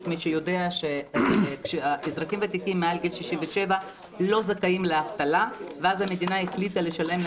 מיוחד לבני 67 ומעלה (הוראת שעה נגיף הקורונה החדש),